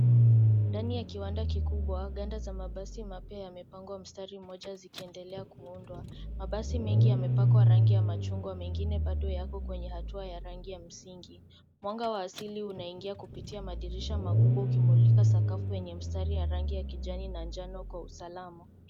Ndani ya kiwanda kikubwa, ganda za mabasi mapya yamepangwa mstari mmoja zikiendelea kuundwa. Mabasi mengi yamepakwa rangi ya machungwa. Mengine bado yako kwenye hatua ya rangi ya msingi. Mwanga wa asili unaingia kupitia madirisha makubwa ukimulika sakafu yenye mstari ya rangi ya kijani na jano kwa usalama.